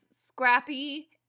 scrappy